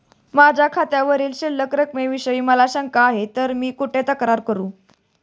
माझ्या खात्यावरील शिल्लक रकमेविषयी मला शंका आहे तर मी कुठे तक्रार करू?